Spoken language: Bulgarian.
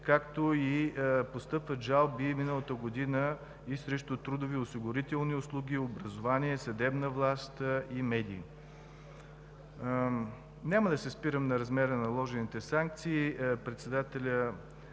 година постъпиха жалби срещу трудово-осигурителни услуги, образование, съдебна власт и медии. Няма да се спирам на размера на наложените санкции. Председателят